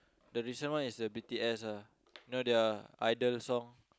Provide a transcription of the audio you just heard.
the recent one is the B_T_S ah you know their idol song